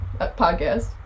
podcast